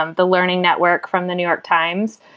um the learning network from the new york times,